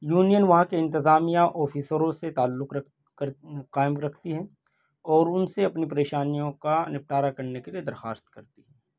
union وہاں کے انتظامیہ آفیسروں سے تعلّق رکھ کر قائم رکھتی ہے اور ان سے اپنی پریشانیوں کا نپٹارا کرنے کے لیے درخواست کرتی ہے